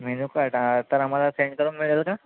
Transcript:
menu card sir आम्हाला send करून मिळंल का